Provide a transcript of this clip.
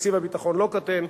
תקציב הביטחון לא קטן,